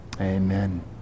Amen